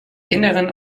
inneren